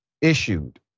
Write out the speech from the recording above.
issued